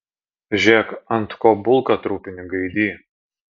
žėk ant ko bulką trupini gaidy